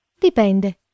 Dipende